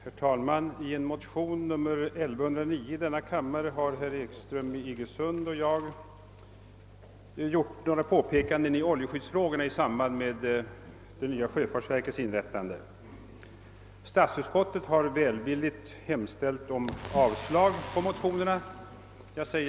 Herr talman! I en motion, nr 1109 i denna kammare, har herr Ekström i Iggesund och jag gjort några påpekanden i oljeskyddsfrågan i samband med det nya sjöfartsverkets inrättande. Statsutskottet har i två avseenden välvilligt hemställt om avslag på motionen.